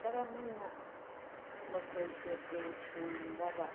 ꯀꯔꯝ ꯍꯥꯏꯅ ꯃꯈꯣꯏꯁꯦ ꯌꯦꯡꯁꯤꯜꯂꯒ